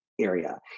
area